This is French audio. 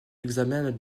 l’examen